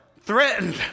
threatened